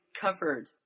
covered